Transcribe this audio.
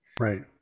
Right